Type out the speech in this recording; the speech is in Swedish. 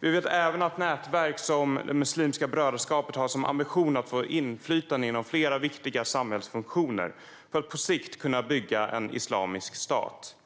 Vi vet även att nätverk som Muslimska brödraskapet har som ambition att få inflytande inom flera viktiga samhällsfunktioner för att på sikt kunna bygga en islamisk stat.